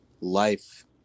life